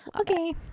Okay